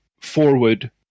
forward